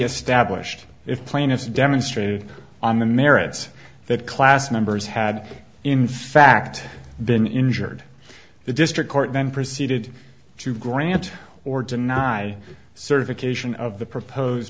established if plaintiffs demonstrated on the merits that class members had in fact been injured the district court then proceeded to grant or deny certification of the proposed